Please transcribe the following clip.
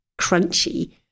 crunchy